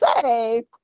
say